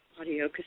Audio